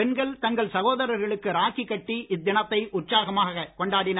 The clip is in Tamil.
பெண்கள் தங்கள் சகோதரர்களுக்கு ராக்கி கட்டி இத்தினத்தை உற்சாகமாகக் கொண்டாடினர்